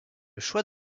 choix